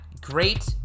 great